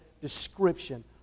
description